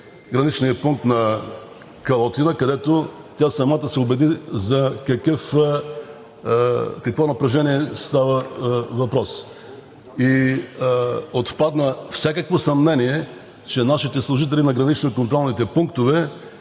граничния пункт на Калотина, където тя самата се убеди за какво напрежение става въпрос, и отпадна всякакво съмнение, че нашите служители на гранично-контролните пунктове